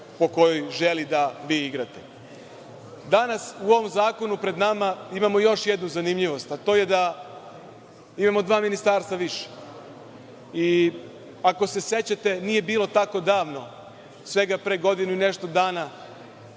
po kojoj želi da vi igrate. Danas u ovom zakonu pred nama imamo još jednu zanimljivost, a to je da imamo dva ministarstva više. Ako se sećate, nije bilo tako davno, svega pre godinu i nešto dana,